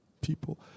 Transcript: people